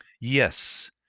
Yes